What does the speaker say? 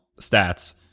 stats